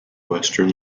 western